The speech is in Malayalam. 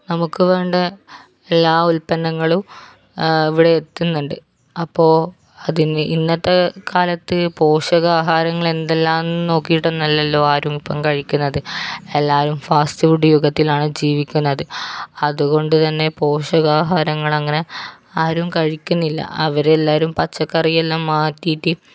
നമുക്ക് വേണ്ട എല്ലാ ഉൽപ്പന്നങ്ങളും ഇവിടെ എത്തുന്നുണ്ട് അപ്പോൾ അതിന് ഇന്നത്തെ കാലത്ത് പോഷകാഹാരങ്ങള് എന്തെല്ലാം എന്ന് നോക്കിയിട്ടൊന്നുമല്ലല്ലോ ആരും ഇപ്പം കഴിക്കുന്നത് എല്ലാവരും ഫാസ്റ്റ് ഫുഡ് യുഗത്തിലാണ് ജീവിക്കുന്നത് അതുകൊണ്ട് തന്നെ പോഷകാഹാരങ്ങളങ്ങനെ ആരും കഴിക്കുന്നില്ല അവരെല്ലാവരും പച്ചക്കറിയെല്ലാം മാറ്റിയിട്ട്